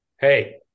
hey